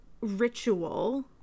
ritual